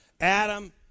adam